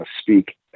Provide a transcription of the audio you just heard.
speak